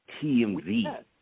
TMZ